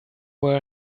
were